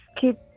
keep